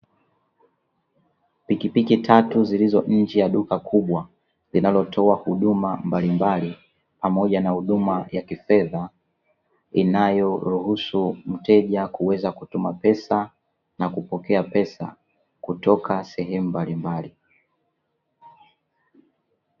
Pikipiki tatu zilizo nje ya duka kubwa pamoja na huduma ya kifedha, inayoruhusu mteja kuweza kutuma na kupokea pesa kutoka sehemu mbalimbali.